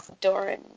Doran